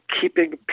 keeping